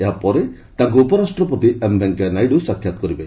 ଏହା ପରେ ତାଙ୍କୁ ଉପରାଷ୍ଟ୍ରପତି ଭେଙ୍କୟା ନାଇଡୁ ସାକ୍ଷାତ କରିବେ